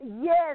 Yes